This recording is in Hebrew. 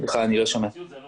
לצערי לא